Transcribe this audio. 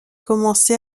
commencé